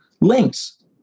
links